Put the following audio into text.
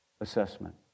assessment